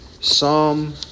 Psalm